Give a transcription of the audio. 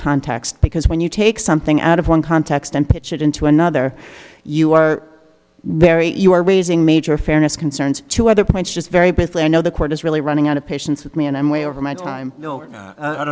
context because when you take something out of one context and pitch it into another you are very you are raising major fairness concerns two other points just very briefly i know the court is really running out of patience with me and i'm way over my time